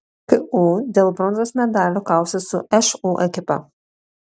ku dėl bronzos medalių kausis su šu ekipa